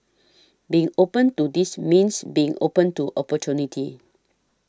being open to this means being open to opportunity